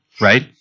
Right